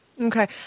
Okay